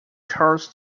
charles